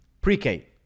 pre-K